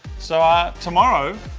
so ah tomorrow,